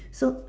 so